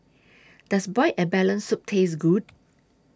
Does boiled abalone Soup Taste Good